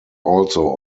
also